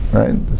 right